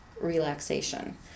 relaxation